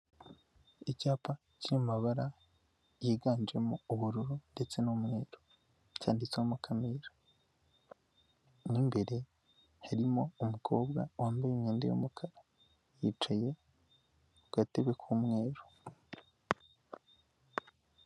Icyapa kiri mu mabara yiganjemo ubururu ndetse n'umweru. Cyanditseho Mukamira. Mo imbere harimo umukobwa, wambaye imyenda y'umukara. Yicaye ku gatebe k'umweru.